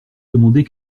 demander